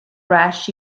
rash